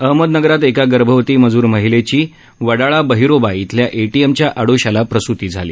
अहमदनगरात इथं एका गर्भवती मजूर महिलेची वडाळा बहिरोबा इथल्या एटीएमच्या आडोशाला प्रसृती झाली